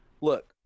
Look